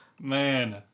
Man